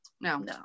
no